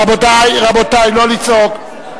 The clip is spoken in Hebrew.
רבותי, רבותי, לא לצעוק.